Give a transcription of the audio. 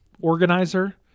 organizer